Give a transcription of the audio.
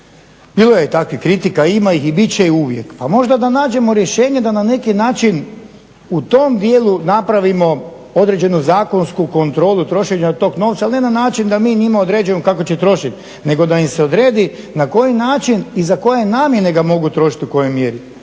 Bilo je i takvih kritika, ima ih i biti će ih uvijek. Pa možda da nađemo rješenje da na neki način u tom dijelu napravimo određenu zakonsku kontrolu trošenja tog novca ali ne na način da mi njima određujemo kako će trošiti nego da im se odredi na koji način i za koje namjene ga mogu trošiti u kojoj mjeri.